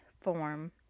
form